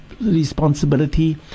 responsibility